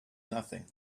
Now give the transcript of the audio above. nothing